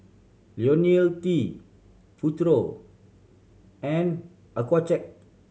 Ionil T Futuro and Accucheck